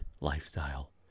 lifestyle